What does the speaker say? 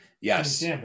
Yes